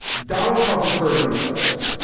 donald trump is hurting in the polls.